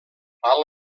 val